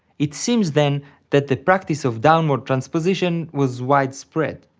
it seems then that the practice of downward transposition was widespread.